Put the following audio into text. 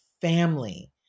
family